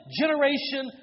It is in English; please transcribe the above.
generation